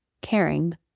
caring